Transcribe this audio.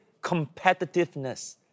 competitiveness